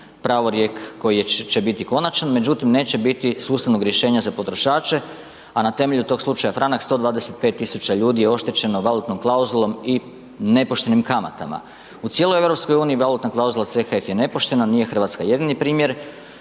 pravorijek koji će biti konačan međutim neće biti sustavnog rješenja za potrošače a na temelju tog slučaja Franak, 125 000 je oštećeno valutnom klauzulom i nepoštenim kamatama. U cijeloj EU valutna klauzula CHF je nepoštena, nije Hrvatska jedini primjer,